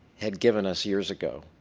had given us years ago.